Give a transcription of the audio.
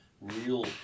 real